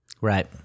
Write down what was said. Right